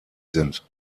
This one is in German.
sind